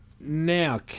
Now